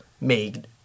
made